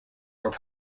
were